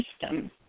system